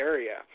Area